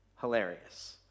hilarious